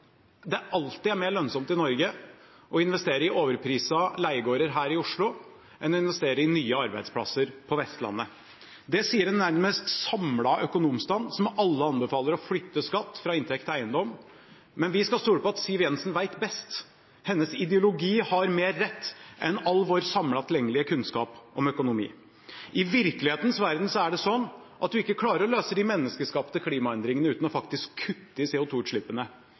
det alltid er mer lønnsomt i Norge å investere i overprisete leiegårder her i Oslo enn å investere i nye arbeidsplasser på Vestlandet. Det sier en nærmest samlet økonomstand, som alle anbefaler å flytte skatt fra inntekt til eiendom, men vi skal stole på at Siv Jensen vet best. Hennes ideologi har mer rett enn all vår samlede tilgjengelige kunnskap om økonomi. I virkelighetens verden er det slik at en ikke klarer å løse de menneskeskapte klimaendringene uten faktisk å kutte i